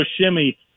shimmy